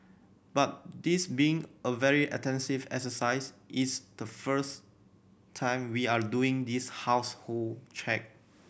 but this being a very extensive exercise it's the first time we are doing this household check